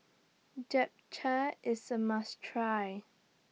Japchae IS A must Try